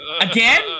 Again